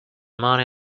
money